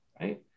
right